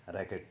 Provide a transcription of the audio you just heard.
racket